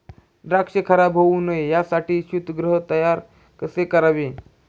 द्राक्ष खराब होऊ नये यासाठी शीतगृह तयार कसे करावे?